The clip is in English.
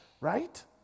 right